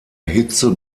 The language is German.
hitze